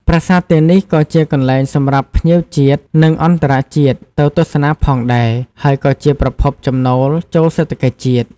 ប្រាសាទទាំងនេះក៏ជាកន្លែងសម្រាប់ភ្ញៀវជាតិ និងអន្តរជាតិទៅទស្សនាផងដែរ ហើយក៏ជាប្រភពចំណូលចូលសេដ្ឋកិច្ចជាតិ។